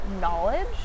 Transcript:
knowledge